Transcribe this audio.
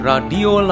Radio